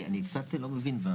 אני קצת לא מבין.